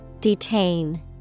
Detain